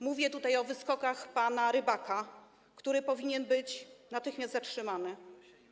Mówię tutaj o wyskokach pana Rybaka, który powinien być natychmiast zatrzymany.